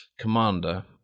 commander